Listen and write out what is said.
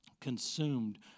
consumed